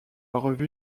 revue